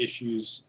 issues